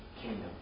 kingdom